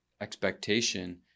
expectation